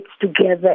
together